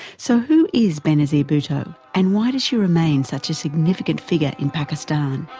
so who is benazir bhutto and why does she remain such a significant figure in pakistan?